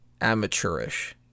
amateurish